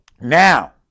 Now